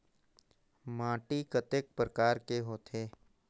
माटी कतेक परकार कर होथे?